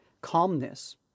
calmness